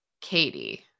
Katie